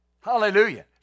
Hallelujah